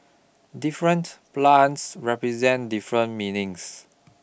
different plants represent different meanings